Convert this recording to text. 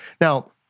Now